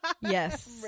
Yes